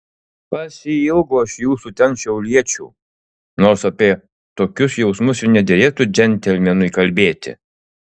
pasiilgau aš jūsų ten šiauliečių nors apie tokius jausmus ir nederėtų džentelmenui kalbėti